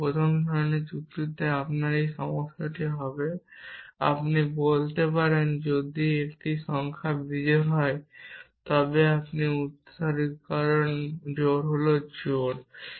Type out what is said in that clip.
কিন্তু প্রথম ধরণের যুক্তিতে আপনার এই সমস্যাটি হবে আপনি বলতে পারেন যদি একটি সংখ্যা বিজোড় হয় তবে এটি উত্তরাধিকারী হল জোড়